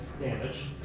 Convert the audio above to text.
damage